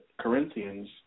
Corinthians